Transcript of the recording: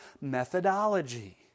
methodology